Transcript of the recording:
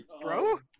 Bro